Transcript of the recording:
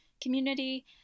community